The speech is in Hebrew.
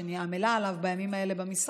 שאני עמלה עליו במשרד,